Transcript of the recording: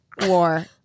war